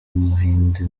w’umuhinde